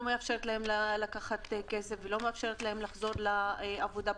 מאפשרת להם לקחת כסף ולא מאפשרת להם לחזור לעבודה,